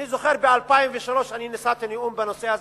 אני זוכר שב-2003 נשאתי נאום בנושא הזה,